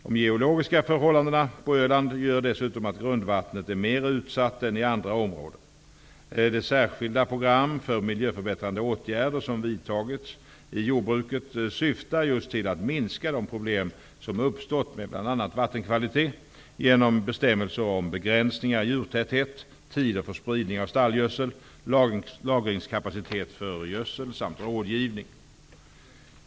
De geologiska förhållandena på Öland gör dessutom att grundvattnet är mer utsatt än i andra områden. Det särskilda program för miljöförbättrande åtgärder som vidtagits i jordbruket syftar just till att minska de problem som uppstått med bl.a. vattenkvalitet genom bestämmelser om begränsningar i djurtäthet, tider för spridning av stallgödsel, lagringskapacitet för gödsel samt rådgivning.